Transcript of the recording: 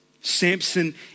Samson